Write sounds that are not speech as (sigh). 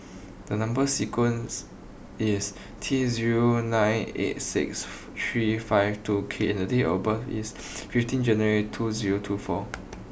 the number sequence is T zero nine eight six (noise) three five two K and date of birth is fifteen January two zero two four